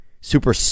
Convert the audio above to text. Super